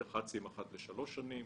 דח"צים - אחת לשלוש שנים.